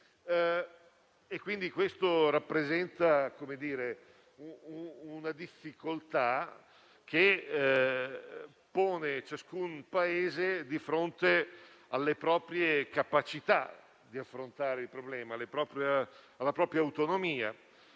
e, quindi, rappresenta una difficoltà che pone ciascun Paese di fronte alle proprie capacità di affrontare il problema nella propria autonomia.